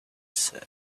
said